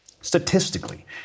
statistically